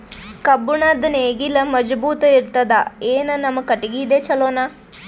ಕಬ್ಬುಣದ್ ನೇಗಿಲ್ ಮಜಬೂತ ಇರತದಾ, ಏನ ನಮ್ಮ ಕಟಗಿದೇ ಚಲೋನಾ?